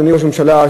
אדוני ראש הממשלה,